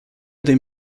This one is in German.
dem